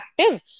active